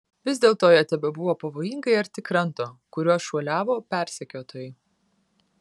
vis dėlto jie tebebuvo pavojingai arti kranto kuriuo šuoliavo persekiotojai